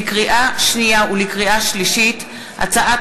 לקריאה שנייה ולקריאה שלישית: הצעת